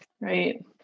right